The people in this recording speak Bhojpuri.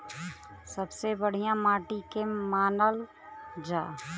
सबसे बढ़िया माटी के के मानल जा?